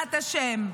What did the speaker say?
בעזרת השם.